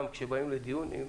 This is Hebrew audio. כשבאים לדיון,